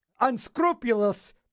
unscrupulous